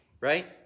right